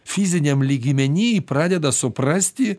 fiziniam lygmeny pradeda suprasti